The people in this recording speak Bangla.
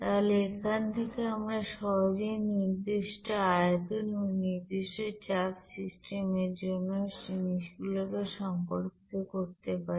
তাহলে এখান থেকে আমরা সহজেই নির্দিষ্ট আয়তন এবং নির্দিষ্ট চাপ সিস্টেমের জন্য জিনিসগুলোকে সম্পর্কিত করতে পারি